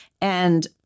And-